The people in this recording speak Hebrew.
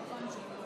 לשבת.